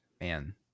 man